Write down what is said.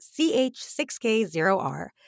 ch6k0r